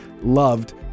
loved